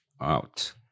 out